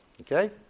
Okay